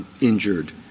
injured